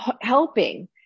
helping